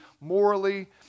morally